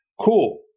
Cool